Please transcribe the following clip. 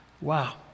Wow